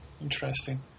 Interesting